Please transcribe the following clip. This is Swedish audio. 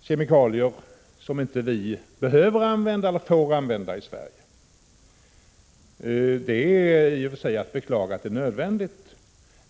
kemikalier som vi inte behöver eller får använda i Sverige. Det är i och för sig att beklaga att det är nödvändigt.